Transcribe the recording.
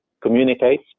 communicate